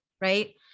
right